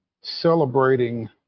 celebrating